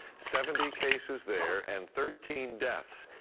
seventy cases there and thirteen deaths.